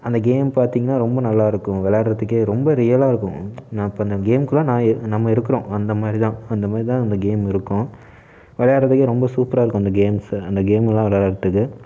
அந்த கேம் பார்த்திங்கன்னா ரொம்ப நல்லாயிருக்கும் விளாட்றதுக்கே ரொம்ப ரியலாக இருக்கும் நான் இப்போ இந்த கேமுக்குள்ள நான் நம்ம இருக்கிறோம் அந்த மாதிரி தான் அந்த மாதிரி தான் அந்த கேம் இருக்கும் விளையாடுறதுக்கே ரொம்ப சூப்பராக இருக்கும் அந்த கேம்ஸு அந்த கேம்லாம் வெளையாடுறத்துக்கு